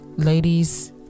ladies